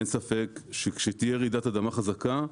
אין ספק שכשתהיה רעידת אדמה חזקה,